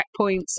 checkpoints